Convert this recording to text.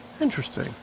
Interesting